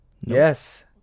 Yes